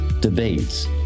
debates